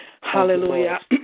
Hallelujah